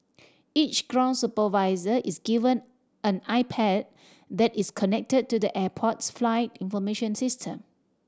each ground supervisor is given an iPad that is connected to the airport's flight information system